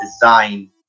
design